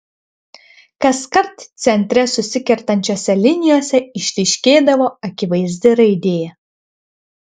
kaskart centre susikertančiose linijose išryškėdavo akivaizdi raidė